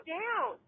down